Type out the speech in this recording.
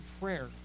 prayer